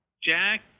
Jack